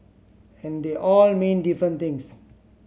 and they all mean different things